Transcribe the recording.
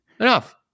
Enough